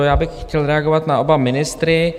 Já bych chtěl reagovat na oba ministry.